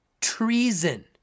treason